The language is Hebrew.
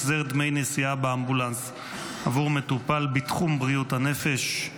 החזר דמי נסיעה באמבולנס עבור מטופל בתחום בריאות הנפש),